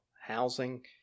housing